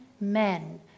men